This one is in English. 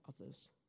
others